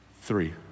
three